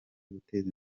guteza